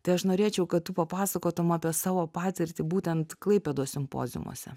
tai aš norėčiau kad tu papasakotum apie savo patirtį būtent klaipėdos simpoziumuose